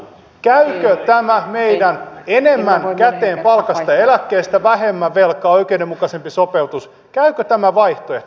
käykö tämä meidän enemmän käteen palkasta eläkkeestä vähemmän velkaa oikeudenmukaisempi sopeutus käykö tämä vaihtoehto